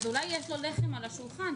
אולי יש לו לחם על השולחן,